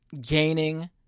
gaining